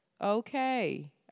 okay